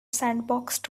sandboxed